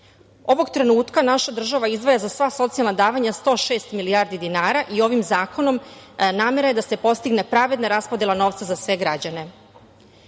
Ovog trenutka naša država izdvaja za sva socijalna davanja 106 milijardi dinara i ovim zakonom namera je da se postigne pravedna raspodela novca za sve građane. Nakon